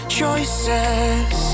choices